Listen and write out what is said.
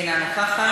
אינה נוכחת.